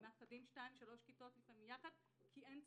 לפעמים הם מאחדים שתיים שלוש כיתות ביחד כי אין צוותים.